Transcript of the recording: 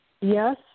yes